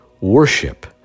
worship